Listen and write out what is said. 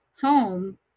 home